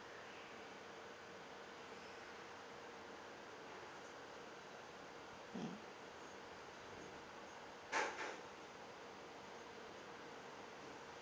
mm